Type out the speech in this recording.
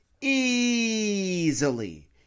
easily